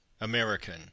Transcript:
American